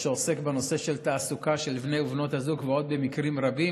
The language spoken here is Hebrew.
שעוסק בנושא של תעסוקה של בני ובנות הזוג ובעוד מקרים רבים.